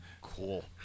cool